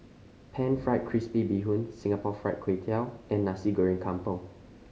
Pan Fried Crispy Bee Hoon Singapore Fried Kway Tiao and Nasi Goreng Kampung